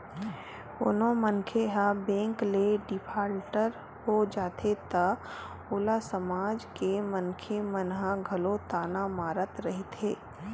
कोनो मनखे ह बेंक ले डिफाल्टर हो जाथे त ओला समाज के मनखे मन ह घलो ताना मारत रहिथे